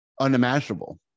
unimaginable